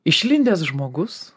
išlindęs žmogus